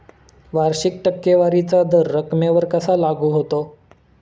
वार्षिक टक्केवारीचा दर रकमेवर कसा लागू होतो?